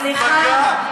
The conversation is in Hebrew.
סליחה.